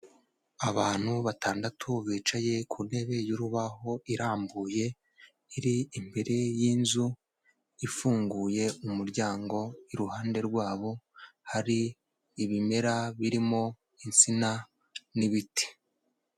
Abantu batandatu bicaye ku ntebe y'urubaho irambuye, iri imbere y'inzu ifunguye umuryango, iruhande rwabo hari ibimera birimo insina n'ibiti.